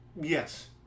Yes